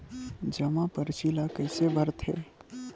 जमा परची ल कइसे भरथे?